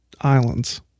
islands